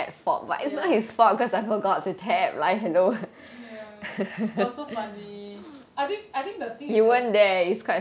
ya ya was so funny I think I think the thing is that